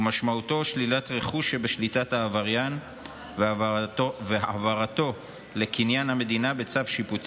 ומשמעותו שלילת רכוש שבשליטת העבריין והעברתו לקניין המדינה בצו שיפוטי.